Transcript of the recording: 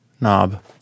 knob